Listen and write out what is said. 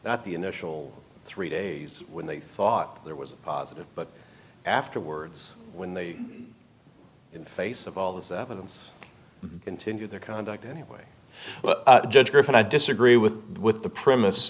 that the initial three days when they thought there was a positive but afterwards when they in the face of all this evidence into their conduct anyway judge griffin i disagree with with the premise